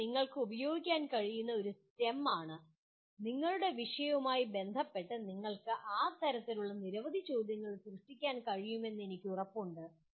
ഇത് നിങ്ങൾക്ക് ഉപയോഗിക്കാൻ കഴിയുന്ന ഒരു STEM ആണ് നിങ്ങളുടെ വിഷയവുമായി ബന്ധപ്പെട്ട് നിങ്ങൾക്ക് ആ തരത്തിലുള്ള നിരവധി ചോദ്യങ്ങൾ സൃഷ്ടിക്കാൻ കഴിയുമെന്ന് എനിക്ക് ഉറപ്പുണ്ട്